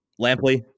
Lampley